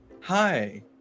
Hi